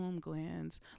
glands